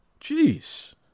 Jeez